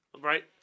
right